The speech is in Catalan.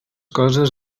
coses